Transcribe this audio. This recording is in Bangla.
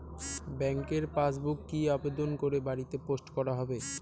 ব্যাংকের পাসবুক কি আবেদন করে বাড়িতে পোস্ট করা হবে?